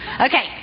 Okay